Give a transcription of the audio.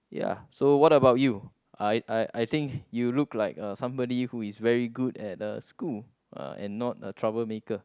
ya so what about you I I I think you look like uh somebody who is good at uh school uh and not a troublemaker